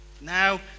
now